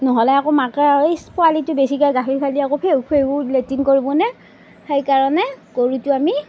নহ'লে আকৌ মাকে ইছ্ পোৱালীটো বেছিকৈ গাখীৰ খাই দিলে আকৌ ফেহু ফেহু লেট্ৰিন কৰিবনে সেইকাৰণে গৰুটো আমি